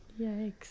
Yikes